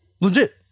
Legit